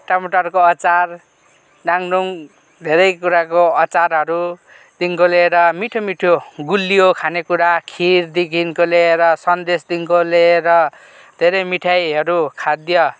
टमाटरको अचार डाङडुङ धेरै कुराको अचारहरूदेखिको लिएर मिठो मिठो गुलियो खानेकुरा खिरदेखिको लिएर सन्देसदेखिको लिएर धेरै मिठाईहरू खाद्य